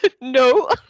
no